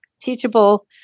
teachable